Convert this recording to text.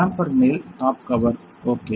chamber மேல் top cover okay